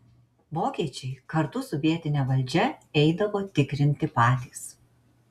vokiečiai kartu su vietine valdžia eidavo tikrinti patys